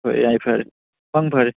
ꯍꯣꯏ ꯌꯥꯏꯐꯔꯦ ꯃꯪ ꯐꯔꯦ